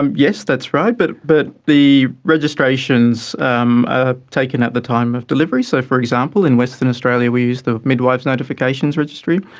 um yes, that's right, but but the registrations are um ah taken at the time of delivery. so, for example, in western australia we use the midwives notifications registry,